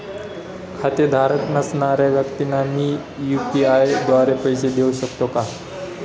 खातेधारक नसणाऱ्या व्यक्तींना मी यू.पी.आय द्वारे पैसे देऊ शकतो का?